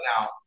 now